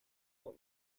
our